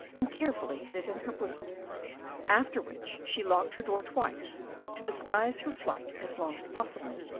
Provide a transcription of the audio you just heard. and carefully hid it in her bosom after which she locked her door twice to disguise her flight as long as possible,